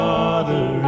Father